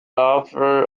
offer